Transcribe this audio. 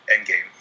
Endgame